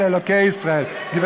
מי